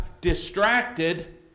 distracted